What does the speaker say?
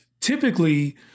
typically